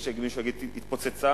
יש מי שיגיד שהתפוצצה